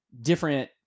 different